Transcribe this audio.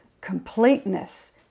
completeness